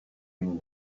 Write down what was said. une